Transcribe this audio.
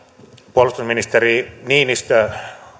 puolustusministeri niinistö